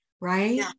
right